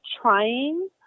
trying